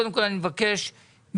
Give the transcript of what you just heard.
קודם כול, אני מבקש מהשרים,